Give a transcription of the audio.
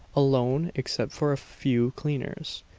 alone except for a few cleaners,